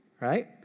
right